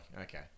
okay